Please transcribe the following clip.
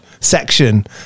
section